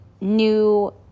new